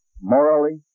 morally